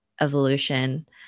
evolution